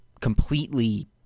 completely